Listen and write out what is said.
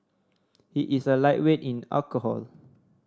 he is a lightweight in alcohol